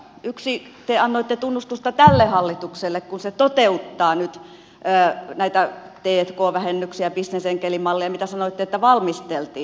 yksi te annoitte tunnustusta tälle hallitukselle kun se toteuttaa nyt näitä t k vähennyksiä bisnesenkelimalleja mitä sanoitte että valmisteltiin